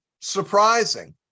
surprising